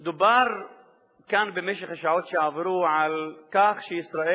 דובר כאן במשך השעות שעברו על כך שישראל